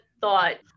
thought